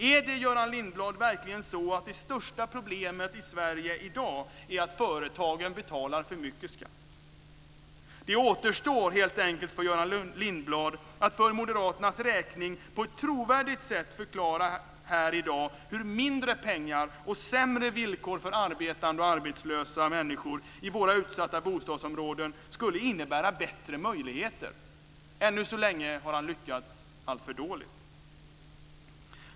Är det, Göran Lindblad, verkligen så att det största problemet i Sverige i dag är att företagen betalar för mycket skatt? Det återstår helt enkelt för Göran Lindblad att för moderaternas räkning på ett trovärdigt sätt här i dag förklara hur mindre pengar och sämre villkor för arbetande och arbetslösa människor i våra utsatta bostadsområden skulle innebära bättre möjligheter. Än så länge har han lyckats alltför dåligt.